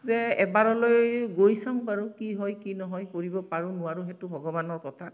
যে এবাৰলৈ গৈ চাওঁ বাৰু কি হয় কি নহয় কৰিব পাৰোঁ নোৱাৰোঁ সেইটো ভগৱানৰ কথা